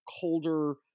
colder